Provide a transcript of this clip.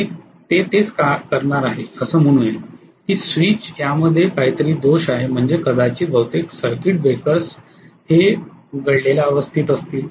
आणि ते तेच करणार आहे असं म्हणूया की स्विच यामध्ये काहीतरी दोष आहे म्हणजे कदाचित बहुतेक सर्किटब्रेकर्स हे उघडलेल्या अवस्थेत असतील